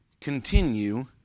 Continue